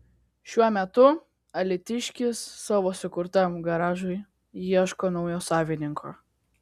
šiuo metu alytiškis savo sukurtam garažui ieško naujo savininko